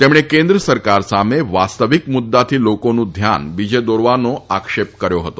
તેમણે કેન્દ્ર સરકાર સામે વાસ્તવિક મુદ્દાથી લોકોનું ધ્યાન બીજે દોરવાનો આક્ષેપ કર્યો હતો